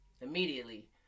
immediately